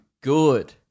good